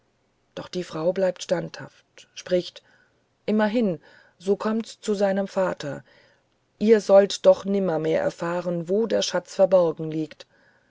doch die frau bleibt standhaft spricht immerhin so kommts zu seinem vater ihr sollt doch nimmermehr erfahren wo der schatz verborgen liegt